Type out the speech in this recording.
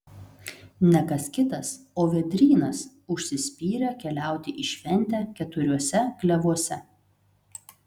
ne kas kitas o vėdrynas užsispyrė keliauti į šventę keturiuose klevuose